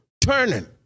turning